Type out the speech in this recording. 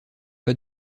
pas